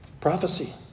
Prophecy